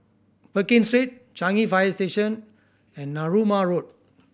Pekin Street Changi Fire Station and Narooma Road